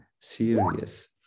serious